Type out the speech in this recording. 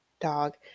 dog